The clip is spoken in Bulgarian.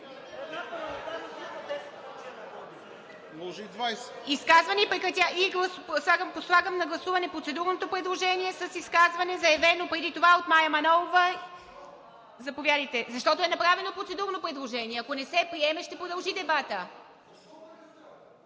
Изказване и след това подлагам на гласуване процедурното предложение с изказване, заявено преди това от Мая Манолова, защото е направено процедурно предложение. Ако не се приеме, ще продължи дебатът.